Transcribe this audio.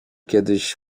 kiedyś